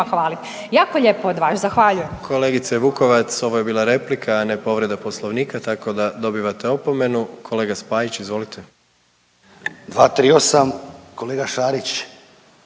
**Jandroković, Gordan (HDZ)** Kolegice Vukovac ovo je bila replika, a ne povreda poslovnika tako da dobivate opomenu. Kolega Spajić izvolite. **Spajić,